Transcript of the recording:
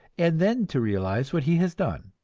and then to realize what he has done.